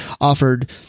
offered